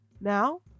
Now